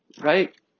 Right